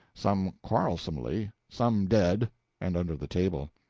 some quarrelsomely, some dead and under the table.